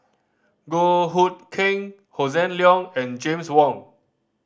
Goh Hood Keng Hossan Leong and James Wong